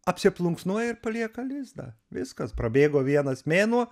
apsiplunksnuoja ir palieka lizdą viskas prabėgo vienas mėnuo